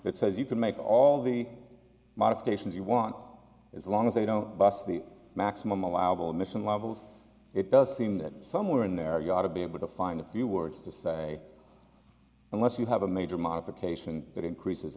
it says you can make all the modifications you want as long as they don't bust the maximum allowable misson levels it does seem that somewhere in there you ought to be able to find a few words to say unless you have a major modification that increases